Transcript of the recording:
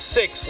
six